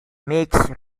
mixed